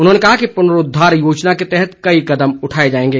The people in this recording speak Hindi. उन्होंने कहा कि पुनरूद्वार योजना के तहत कई कदम उठाए जाएंगे